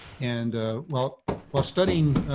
and while while studying